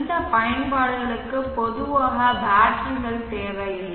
இந்த பயன்பாடுகளுக்கு பொதுவாக பேட்டரிகள் தேவையில்லை